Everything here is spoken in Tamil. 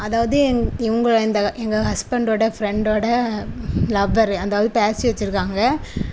அதாவது எங் இவங்கள எந்த எங்கள் ஹஸ்பண்ட்டோடய ஃப்ரெண்ட்டோடய லவ்வர் அதாவது பேசி வச்சிருக்காங்க